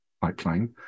pipeline